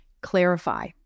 Clarify